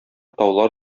таулар